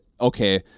okay